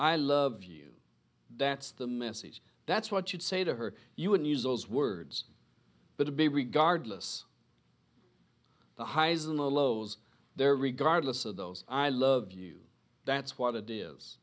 i love you that's the message that's what you'd say to her you wouldn't use those words but to be regardless the highs and the lows there regardless of those i love you that's what it is